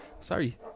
Sorry